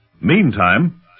Meantime